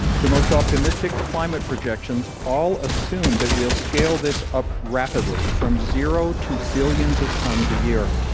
the most optimistic climate projections all assume that we'll scale this up rapidly from zero to billions of tons a year.